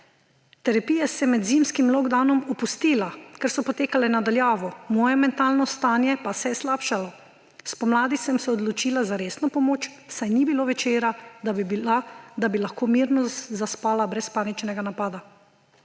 Terapije se med zimskim lock downom opustila, ker so potekale na daljavo, moje mentalno stanje pa se je slabšalo. Spomladi sem se odločila za resno pomoč, saj ni bilo večera, da bi lahko mirno zaspala brez paničnega napada.